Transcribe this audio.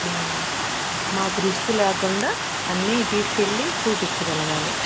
మాకు రిస్కు లేకుండా అన్నీ తీసుకెళ్ళి చూపించగలగాలి